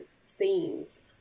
scenes